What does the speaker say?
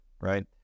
Right